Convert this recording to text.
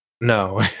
no